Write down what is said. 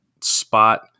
spot